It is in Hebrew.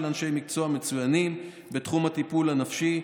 אנשי מקצוע מצוינים בתחום הטיפול הנפשי,